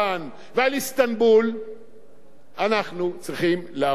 אנחנו צריכים להראות לעולם איך מטפלים בדברים האלה,